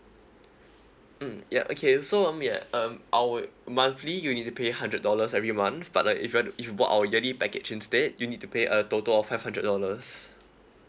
mm ya okay so um yeah um I would monthly you need to pay hundred dollars every month but uh if uh if you bought our yearly package instead you need to pay a total of five hundred dollars